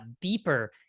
deeper